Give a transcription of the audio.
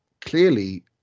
clearly